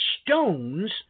stones